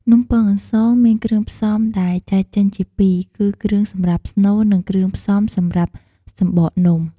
នំពងអន្សងមានគ្រឿងផ្សំ ដែលចែកចេញជាពីរគឺគ្រឿងសម្រាប់ស្នូល និងគ្រឿងផ្សំសម្រាប់សំបកនំ។